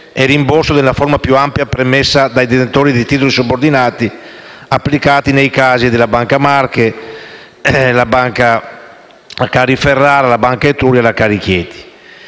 e rimborso nella forma più ampia permessa dei detentori di titoli subordinati, applicato nei casi di Banca Marche, la CariFerrara, la Banca Etruria e CariChieti;